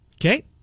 Okay